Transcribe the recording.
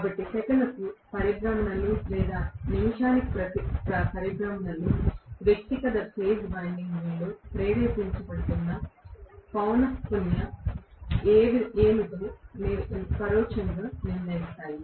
కాబట్టి సెకనుకు పరిభ్రమణలు లేదా నిమిషానికి పరిభ్రమణలు వ్యక్తిగత ఫేజ్ ల వైండింగ్లలో ప్రేరేపించబడుతున్న పౌనః పున్యం ఏమిటో పరోక్షంగా నిర్ణయిస్తాయి